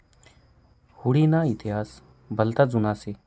हुडी ना इतिहास भलता जुना शे